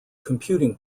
computing